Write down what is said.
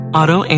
auto